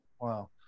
Wow